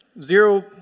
zero